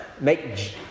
make